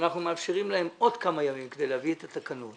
שאנחנו מאפשרים להם עוד כמה ימים כדי להביא את התקנות.